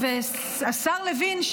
השר לוין,